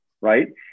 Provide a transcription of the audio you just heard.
Right